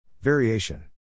Variation